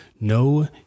No